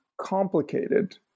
complicated